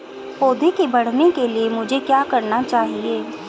पौधे के बढ़ने के लिए मुझे क्या चाहिए?